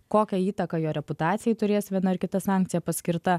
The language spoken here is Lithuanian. kokią įtaką jo reputacijai turės viena ar kita sankcija paskirta